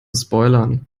spoilern